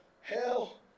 hell